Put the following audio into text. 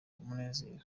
umunezero